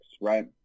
right